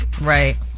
Right